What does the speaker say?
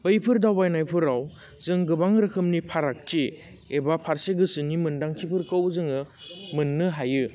बैफोर दावबायनाय फोराव जों गोबां रोखोमनि फारागथि एबा फारसे गोसोनि मोनदांथिफोरखौ जोङो मोन्नो हायो